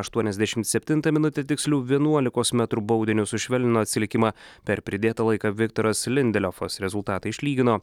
aštuoniasdešim septintą minutę tiksliu vienuolikos metrų baudiniu sušvelnino atsilikimą per pridėtą laiką viktoras lindeliofas rezultatą išlygino